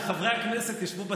וחברי הכנסת ישבו בצד.